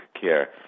care